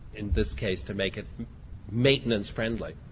in this case to make it maintenance friendly.